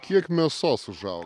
kiek mėsos užau